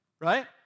Right